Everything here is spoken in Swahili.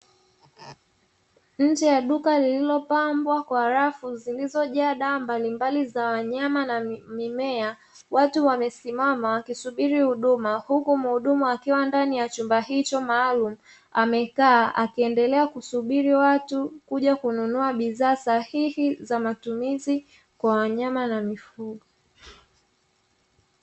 Nje ya duka lililopambwa kwa rafu zilizojaa dawa mbalimbali za wanyama na mimea, watu wamesimama wakisubiri huduma, huku mhudumu akiwa ndani ya chumba hicho maalumu, amekaa akiendelea kusubiri watu kuja kununua bidhaa sahihi kwa matumizi ya wanyama na mifugo.